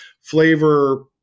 flavor